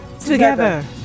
Together